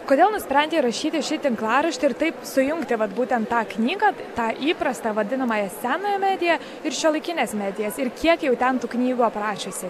kodėl nusprendei rašyti šį tinklaraštį ir taip sujungti vat būtent tą knygą tą įprastą vadinamąją senąją mediją ir šiuolaikines medijas ir kiek jau ten tų knygų aprašiusi